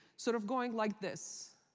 sort of going like this.